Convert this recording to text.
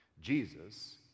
Jesus